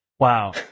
Wow